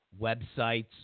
websites